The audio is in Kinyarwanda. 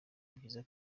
byiza